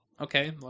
okay